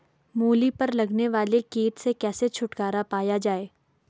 मूली पर लगने वाले कीट से कैसे छुटकारा पाया जाये?